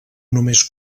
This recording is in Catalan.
només